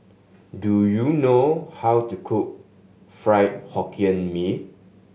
do you know how to cook Fried Hokkien Mee